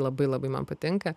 labai labai man patinka